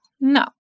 no